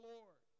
Lord